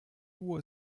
duo